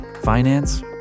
finance